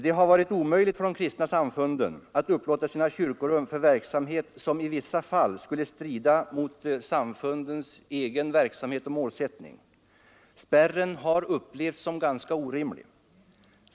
Det har varit omöjligt för de kristna samfunden att upplåta sina kyrkorum för verksamhet som i vissa fall skulle strida mot samfundens egen verksamhet och målsättning. Spärren har upplevts som ganska orimlig.